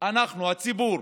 אנחנו, הציבור.